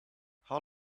how